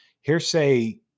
Hearsay